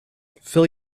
fill